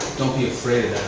don't be afraid